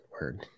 word